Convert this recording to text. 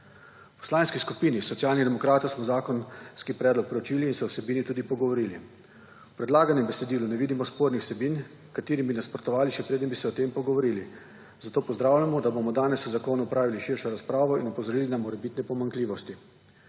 V Poslanski skupini SD smo zakonski predlog proučili in se o vsebini tudi pogovorili. V predlaganem besedilu ne vidimo spornih vsebin, katerimi bi nasprotovali, še preden bi se o tem pogovorili, zato pozdravljamo, da bomo danes o zakonu opravili širšo razpravo in opozorili na morebitne pomanjkljivosti.